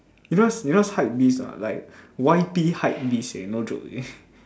you know you know what hypebeast or not like Y_P hypebeast eh no joke eh